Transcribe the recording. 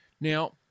Now